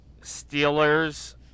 Steelers